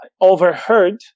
overheard